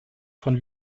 von